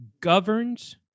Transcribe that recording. governs